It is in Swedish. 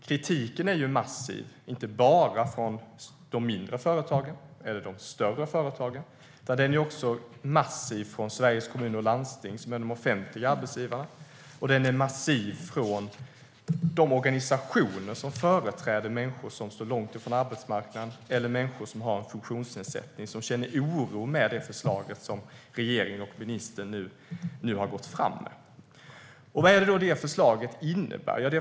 Kritiken är ju massiv, inte bara från de mindre företagen och de större företagen, utan även från Sveriges Kommuner och Landsting, som är en offentlig arbetsgivare. Kritiken är massiv också från de organisationer som företräder människor som står långt från arbetsmarknaden eller som har en funktionsnedsättning. De känner oro över det förslag som regeringen och ministern nu har gått fram med. Vad innebär då detta förslag?